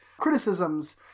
criticisms